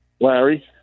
Larry